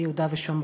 ביהודה ושומרון.